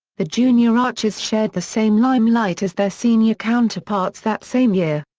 the junior archers shared the same limelight as their senior counterparts that same year.